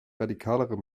radikalere